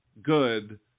good